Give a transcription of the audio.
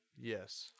Yes